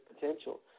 potential